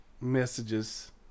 messages